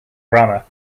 grammar